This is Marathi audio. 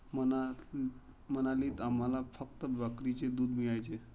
मनालीत आम्हाला फक्त बकरीचे दूध मिळायचे